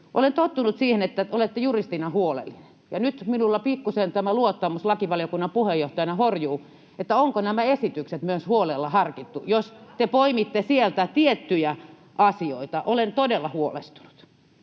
Olen tottunut siihen, että olette juristina huolellinen, ja nyt minulla pikkusen tämä luottamus lakivaliokunnan puheenjohtajana horjuu, että ovatko nämä esitykset myös huolella harkittuja, jos te poimitte sieltä tiettyjä asioita. Olen todella huolestunut.